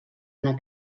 anar